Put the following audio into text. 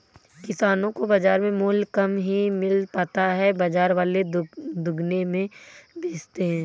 किसानो को बाजार में मूल्य कम ही मिल पाता है बाजार वाले दुगुने में बेचते है